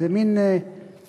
זה מין מותג.